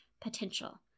potential